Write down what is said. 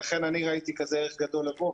לכן, אני ראיתי כזה ערך לבוא.